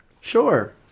Sure